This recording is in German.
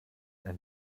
ein